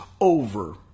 over